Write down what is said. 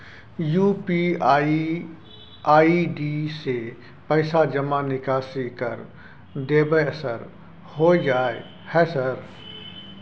UPI ID से पैसा जमा निकासी कर देबै सर होय जाय है सर?